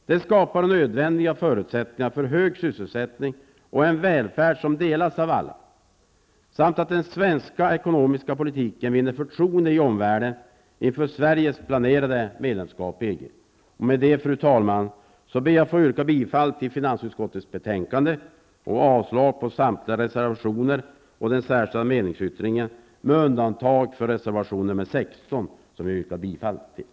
Det skapar nödvändiga förutsättningar för hög sysselsättning och en välfärd som delas av alla samt att den svenska ekonomiska politiken vinner förtroende i omvärlden inför Sveriges planerade medlemskap i EG. Jag yrkar bifall till hemställan i finansutskottets betänkande och avslag på samtliga reservationer och den särskilda meningsyttringen med undantag för reservationen nr 16 som jag yrkar bifall till.